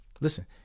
listen